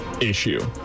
issue